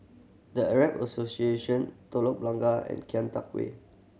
The Arab Association Telok Blangah and Kian Teck Way